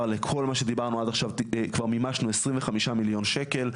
לכל מה שדיברנו עד עכשיו כבר מימשנו 25 מיליון שקל,